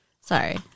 Sorry